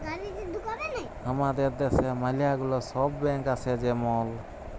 হামাদের দ্যাশে ম্যালা গুলা সব ব্যাঙ্ক আসে যেমল